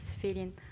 feeling